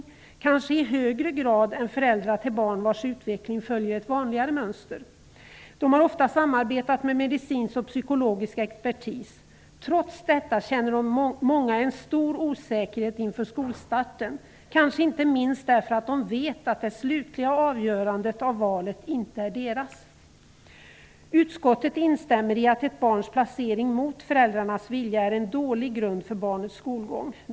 Detta har kanske varit i högre grad än hos föräldrar till barn vars utveckling följer ett vanligare mönster. De har ofta samarbetat med medicinsk och psykologisk expertis. Trots detta känner många en stor osäkerhet inför skolstarten, kanske inte minst därför att de vet att det slutliga avgörandet av valet inte är deras. Utskottet instämmer i att ett barns placering i en skola mot föräldrarnas vilja är en dålig grund för barnets skolgång.